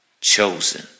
chosen